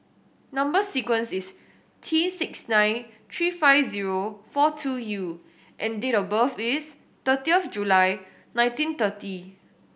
number sequence is T six nine three five zero four two U and date of birth is thirty of July nineteen thirty